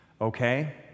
okay